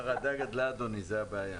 החרדה גדלה, זו הבעיה.